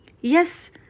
Yes